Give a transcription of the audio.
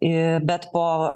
ir bet po